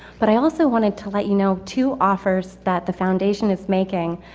but i also wanted to let you know two offers that the foundation is making.